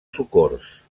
socors